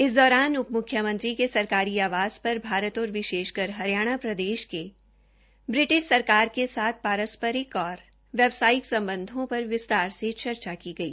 इस दौरान उपमुख्यमंत्री के सरकारी आवास पर भारत और विशेषकर हरियाणा प्रदेश के ब्रिटिश सरकार के साथ पारस्परिक और व्यावसायिक संबंधों पर विस्तार से चर्चा की गई